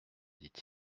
dit